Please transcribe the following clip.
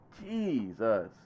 Jesus